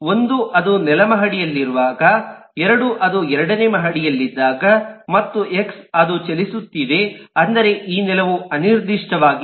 1 ಅದು ನೆಲಮಹಡಿಯಲ್ಲಿರುವಾಗ 2 ಅದು ಎರಡನೇ ಮಹಡಿಯಲ್ಲಿದ್ದಾಗ ಮತ್ತು ಎಕ್ಸ್ ಅದು ಚಲಿಸುತ್ತಿದೆ ಅಂದರೆ ಈ ನೆಲವು ಅನಿರ್ದಿಷ್ಟವಾಗಿದೆ